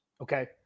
okay